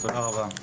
תודה רבה.